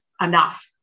enough